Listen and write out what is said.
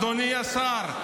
אדוני השר,